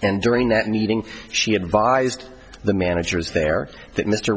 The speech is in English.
and during that meeting she advised the managers there that mr